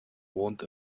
wohnt